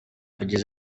yagize